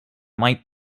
might